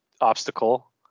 obstacle